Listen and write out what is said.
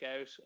out